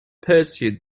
pursued